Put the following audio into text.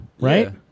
right